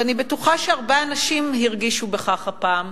ואני בטוחה שהרבה אנשים הרגישו בכך הפעם,